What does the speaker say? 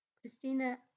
Christina